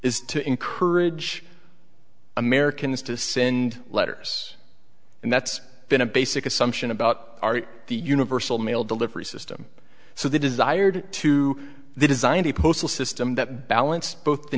is to encourage americans to send letters and that's been a basic assumption about art the universal mail delivery system so they desired to design the postal system that balance both the